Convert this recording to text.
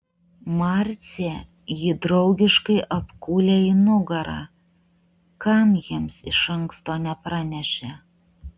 marcė jį draugiškai apkūlė į nugarą kam jiems iš anksto nepranešė